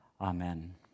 Amen